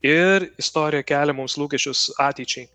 ir istorija kelia mums lūkesčius ateičiai